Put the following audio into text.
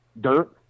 dirt